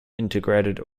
integrated